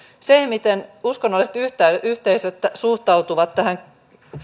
se miten uskonnolliset yhteisöt yhteisöt suhtautuvat tähän